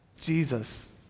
Jesus